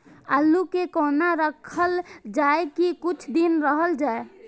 आलू के कोना राखल जाय की कुछ दिन रह जाय?